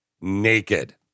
naked